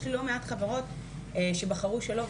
יש לי לא מעט חברות שהן בחרו שלא,